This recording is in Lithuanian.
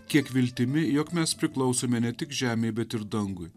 kiek viltimi jog mes priklausome ne tik žemei bet ir dangui